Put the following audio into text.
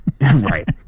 right